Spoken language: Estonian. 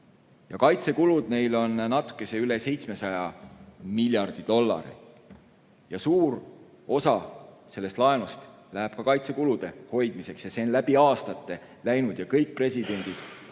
ja kaitsekulud neil on natukese üle 700 miljardi dollari. Suur osa sellest laenust läheb kaitsekulude hoidmiseks ja see on nii läbi aastate olnud, kõik presidendid